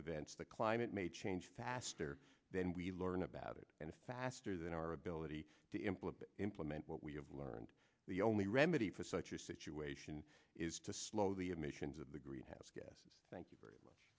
events the climate may change faster then we learn about it and faster than our ability to implement implement what we have learned the only remedy for such a situation is to slow the admissions of the greenhouse gases thank you very much